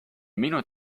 minu